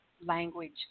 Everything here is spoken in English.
language